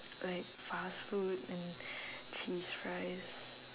like fast food and cheese fries